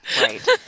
Right